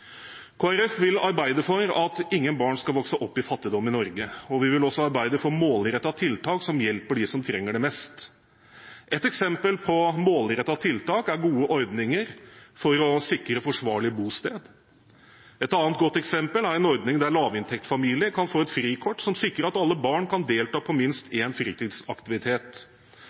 vil arbeide for at ingen barn skal vokse opp i fattigdom i Norge, og vi vil også arbeide for målrettede tiltak som hjelper dem som trenger det mest. Et eksempel på målrettede tiltak er gode ordninger for å sikre et forsvarlig bosted. Et annet godt eksempel er en ordning der lavinntektsfamilier kan få et frikort som sikrer at alle barn kan delta på minst